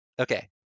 Okay